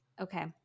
Okay